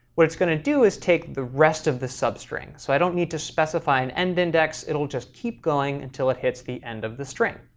what it's going to do is take the rest of the substring. so i don't need to specify an end index, it'll just keep going until it hits the end of the string.